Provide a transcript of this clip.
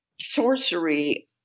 sorcery